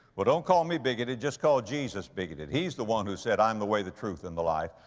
well, don't call me bigoted, just call jesus bigoted. he's the one who said, i am the way, the truth, and the life.